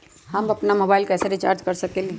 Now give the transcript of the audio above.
हम अपन मोबाइल कैसे रिचार्ज कर सकेली?